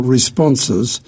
Responses